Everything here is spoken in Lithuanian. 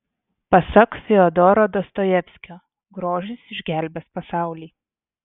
pasak fiodoro dostojevskio grožis išgelbės pasaulį